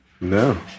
No